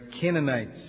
Canaanites